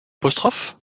bat